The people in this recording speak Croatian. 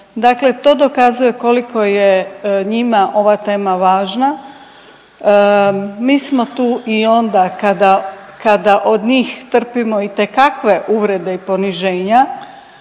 Dakle, to dokazuje koliko je njima ova tema važna. Mi smo tu i onda kada od njih trpimo itekakve uvrede i poniženja